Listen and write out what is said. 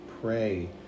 pray